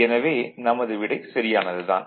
எனவே நமது விடை சரியானது தான்